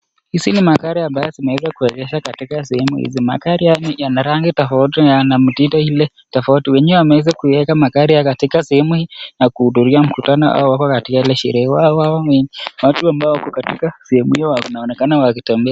Hizi ni magari ambazo zimeweza kuegeshwa katika sehemu hizo. Magari hayo yana rangi tofauti na mtindo ile tofauti. Wenyewe wameweza kuyaweka magari hayo katika sehemu hii na kuhudhuria mkutano au wako katika ile sherehe. Wao wenyewe, watu ambao wako katika sehemu hiyo wanaonekana wakitembea.